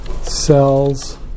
cells